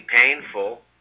painful